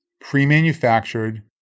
pre-manufactured